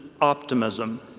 optimism